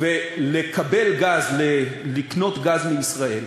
ולקנות גז מישראל,